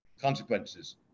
consequences